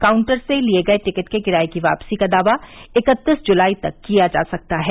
counter से लिए गए टिकट के किराये की वापसी का दावा इकत्तीस जुलाई तक किया जा सकता है